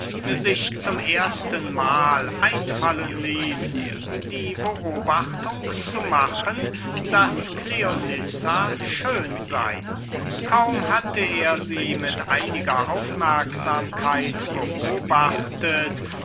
sich zum ersten mal einfallen ließ die beobachtung zu machen daß cleonissa schön sei er hatte sie noch nicht lange mit einiger aufmerksamkeit beobachtet